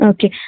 Okay